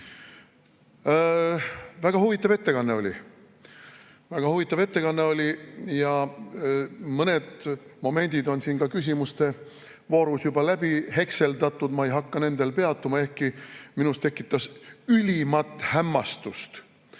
Väga huvitav ettekanne oli. Väga huvitav ettekanne oli ja mõned momendid on ka küsimuste voorus juba läbi hekseldatud. Ma ei hakka nendel peatuma, ehkki minus tekitas ülimat hämmastust